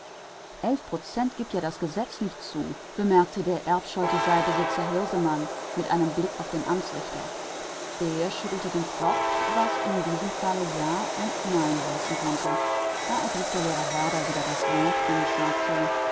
elf prozent gibt ja das gesetz nicht zu bemerkte der erbscholtiseibesitzer hirsemann mit einem blick auf den amtsrichter der schüttelte den kopf was in diesem falle ja und nein heißen konnte da ergriff der lehrer herder wieder das wort und sagte